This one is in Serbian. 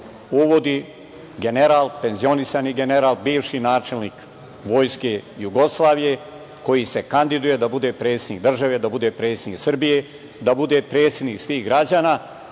uvodi general, penzionisani general, bivši načelnik Vojske Jugoslavije, koji se kandiduje da bude predsednik države, da bude predsednik Srbije, da bude predsednik svih građana,